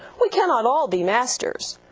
we cannot all be masters,